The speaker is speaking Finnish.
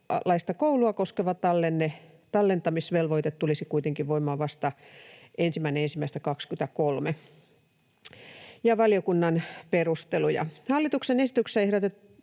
koulua koskeva tallentamisvelvoite tulisi kuitenkin voimaan vasta 1.1.23. Valiokunnan perusteluja: Hallituksen esityksessä ehdotetaan